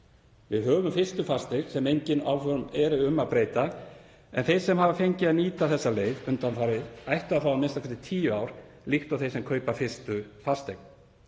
Við höfum fyrstu fasteign sem engin áform eru um að breyta en þeir sem hafa fengið að nýta þessa leið undanfarið ættu að fá a.m.k. tíu ár líkt og þeir sem kaupa fyrstu fasteign.